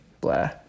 blah